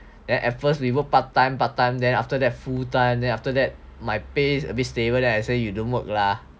at first we work part time part time then after that full time then after that my pay a bit stable then I say you don't work lah